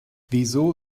wieso